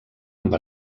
amb